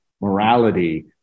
morality